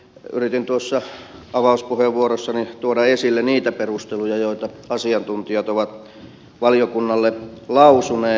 yritin tuossa avauspuheenvuorossani tuoda esille niitä perusteluja joita asiantuntijat ovat valiokunnalle lausuneet